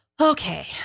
okay